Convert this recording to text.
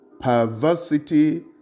Perversity